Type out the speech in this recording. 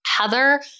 Heather